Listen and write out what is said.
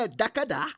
dakada